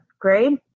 grade